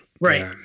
right